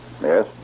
Yes